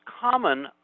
common